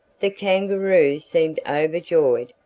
the kangaroo seemed overjoyed,